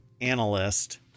analyst